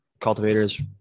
cultivators